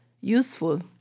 useful